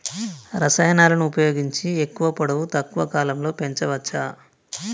రసాయనాలను ఉపయోగించి ఎక్కువ పొడవు తక్కువ కాలంలో పెంచవచ్చా?